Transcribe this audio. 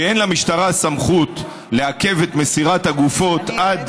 שאין למשטרה סמכות לעכב את מסירת הגופות עד